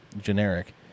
generic